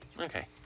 Okay